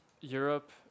Europe